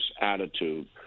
attitude